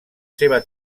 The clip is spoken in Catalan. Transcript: seva